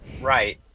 right